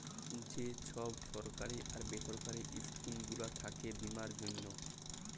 যে ছব সরকারি আর বেসরকারি ইস্কিম গুলা থ্যাকে বীমার জ্যনহে